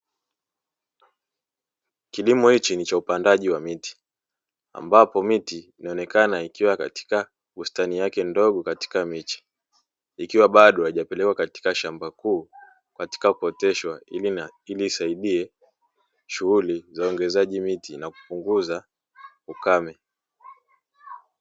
Kilimo hichi ni cha upandaji wa miti, ambapo miti inaonekana katika bustani yake ndogo katika miche, ikiwa bado haijapelekwa katika shamba kuu katika kuoteshwa ili isaidie shughuli za uongezaji miti na kupunguza ukame.